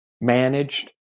managed